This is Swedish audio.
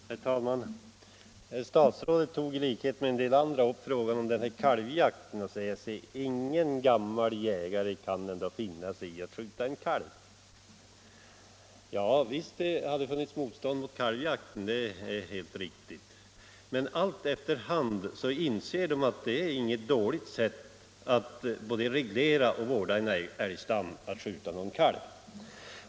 Herr talman! Statsrådet tog i likhet med en del andra talare upp frågan om kalvjakten och sade att ingen gammal jägare väl kan tänkas finna sig i att skjuta en kalv. Visst har det funnits motstånd mot kalvjakten, det är helt riktigt, men efter hand inser älgjägarna att det inte är något dåligt sätt att både reglera och vårda en älgstam att skjuta kalv.